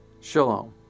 Shalom